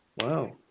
Wow